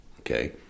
Okay